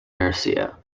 marcia